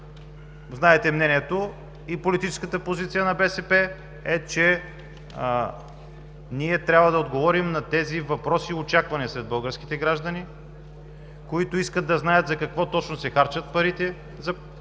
Знаете мнението и политическата позиция на БСП – че ние трябва да отговорим на тези въпроси и очаквания сред българските граждани, които искат да знаят за какво точно се харчат парите, отпускани